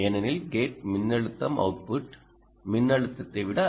ஏனெனில் கேட் மின்னழுத்தம் அவுட்புட் மின்னழுத்தத்தை விட